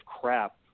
crap